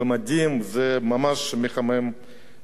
זה ממש מחמם את הלב.